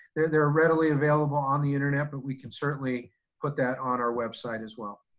they're they're readily available on the internet, but we can certainly put that on our website as well.